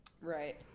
right